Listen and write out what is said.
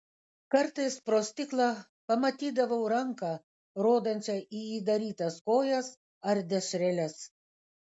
kartais pro stiklą pamatydavau ranką rodančią į įdarytas kojas ar dešreles